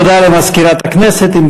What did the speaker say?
תודה למזכירת הכנסת.